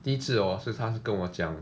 第一次 orh 是他跟我讲